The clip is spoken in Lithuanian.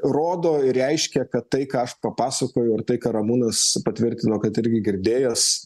rodo reiškia kad tai ką aš papasakojau tai ką ramūnas patvirtino kad irgi girdėjęs